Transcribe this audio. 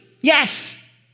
yes